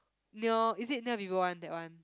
near is it near Vivo one that one